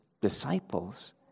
disciples